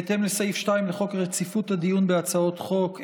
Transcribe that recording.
בהתאם לסעיף 2 לחוק רציפות הדיון בהצעות חוק,